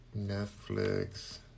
Netflix